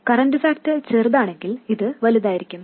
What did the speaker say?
current factor ചെറുതാണെങ്കിൽ ഇത് വലുതായിരിക്കും